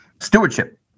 Stewardship